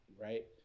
right